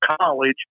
college